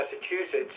Massachusetts